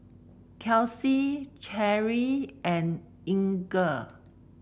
Kelsi Cherrie and Inger